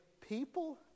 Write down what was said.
people